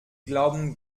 glauben